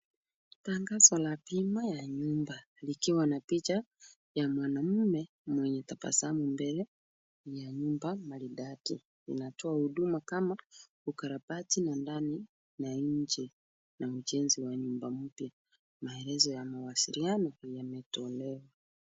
Tangazo la bima ya nyumba likiwa na picha ya mwanamume mwenye tabasamu mbele na nyumba maridadi. Inatoa huduma kama ukarabati na ndani na nje na ujenzi wa nyumba mpya. Maelezo ya mawasiliano yametolewa.